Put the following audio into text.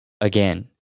again